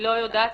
לא יודעת,